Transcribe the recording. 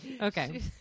okay